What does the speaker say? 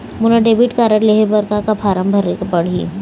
मोला debit card लेहे बर का का फार्म भरेक पड़ही?